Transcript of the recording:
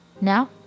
Now